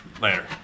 later